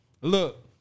look